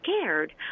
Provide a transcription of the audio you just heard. scared